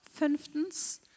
fünftens